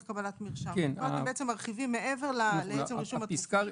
קבלת מרשם כי פה אתם מרחיבים מעבר לעצם רישום התרופה?